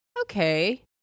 okay